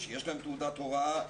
שיש להם תעודת הוראה,